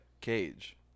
cage